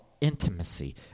intimacy